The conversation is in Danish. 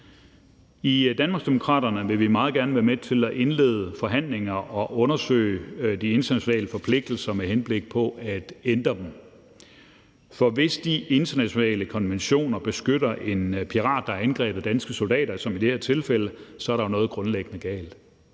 I Danmarksdemokraterne vil vi meget gerne være med til at indlede forhandlinger og undersøge de internationale forpligtelser med henblik på at ændre dem. For hvis de internationale konventioner som i det her tilfælde beskytter en pirat, der har angrebet danske soldater, så er der jo noget grundlæggende galt.